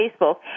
Facebook